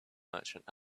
merchant